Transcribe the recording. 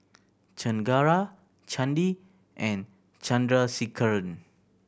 Chengara Chandi and Chandrasekaran